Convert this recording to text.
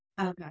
Okay